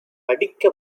படிக்க